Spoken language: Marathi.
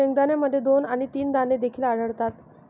शेंगदाण्यामध्ये दोन आणि तीन दाणे देखील आढळतात